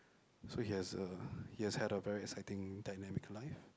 so he has a he's had a very exciting dynamical life